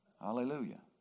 Hallelujah